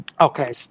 Okay